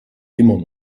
immer